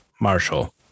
Marshall